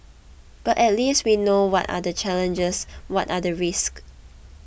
but at least we know what are the challenges what are the risk